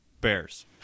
bears